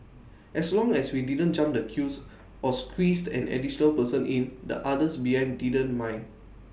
as long as we didn't jump the queues or squeezed an additional person in the others behind didn't mind